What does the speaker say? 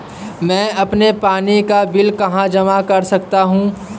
मैं अपने पानी का बिल कहाँ जमा कर सकता हूँ?